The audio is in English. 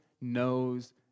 knows